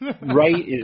Right